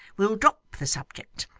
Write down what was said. we'll drop the subject.